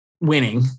winning